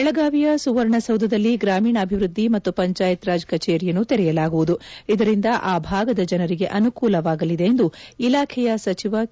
ಬೆಳಗಾವಿಯ ಸುವರ್ಣಸೌಧದಲ್ಲಿ ಗ್ರಾಮೀಣಾಭಿವೃದ್ದಿ ಮತ್ತು ಪಂಚಾಯತ್ ರಾಜ್ ಕಚೇರಿಯನ್ನು ತೆರೆಯಲಾಗುವುದು ಇದರಿಂದ ಆ ಭಾಗದ ಜನರಿಗೆ ಅನುಕೂಲವಾಗಲಿದೆ ಎಂದು ಇಲಾಖೆಯ ಸಚಿವ ಕೆ